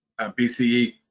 BCE